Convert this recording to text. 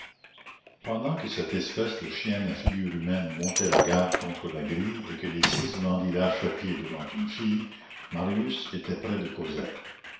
pendant que cette espèce de chienne à figure humaine montait la garde contre la grille et que les six bandits lâchaient pied devant une fille marius était près de cosette